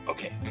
Okay